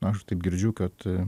aš taip girdžiu kad a